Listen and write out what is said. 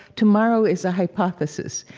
tomorrow is a hypothesis.